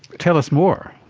tell us more.